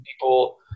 people